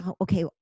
okay